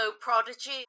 prodigy